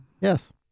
Yes